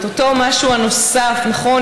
אותו משהו נוסף: נכון,